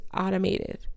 automated